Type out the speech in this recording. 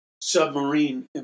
submarine